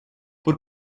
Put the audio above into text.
pur